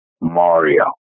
Mario